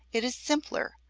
it is simpler,